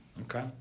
Okay